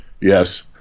Yes